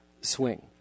swing